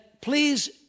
please